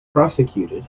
prosecuted